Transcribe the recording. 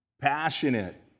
passionate